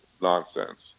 nonsense